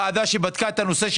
לא עשיתם ועדה שבדקה את הנושא,